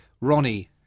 Ronnie